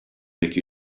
make